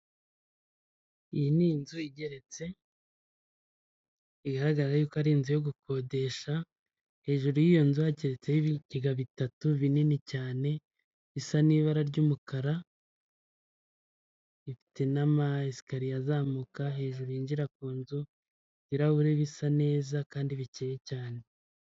Iyi ni inzu igeretse bigaragara yuko ari inzu yo gukodesha, hejuru y'iyo nzu hageretseho ibigega bitatu binini cyane bisa n'ibara ry'umukara, n'amasikariye azamuka hejuru yinjira ku nzu ibirahure bisa neza kandi bikenye cyane.